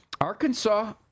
Arkansas